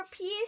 peace